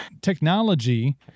technology